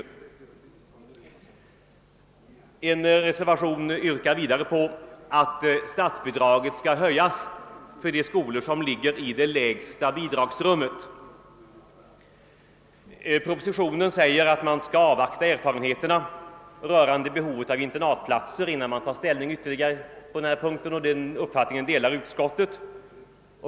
I en reservation yrkas att statsbidraget skall höjas för de skolor som ligger i det lägsta bidragsrummet. Propositionen säger att man skall avvakta erfarenheterna rörande behovet av internatplatser innan man tar ytterligare ställning på denna punkt. Den uppfattningen delar utskottet.